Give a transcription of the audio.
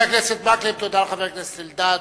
תודה לחבר הכנסת אלדד.